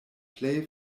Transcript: plej